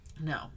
No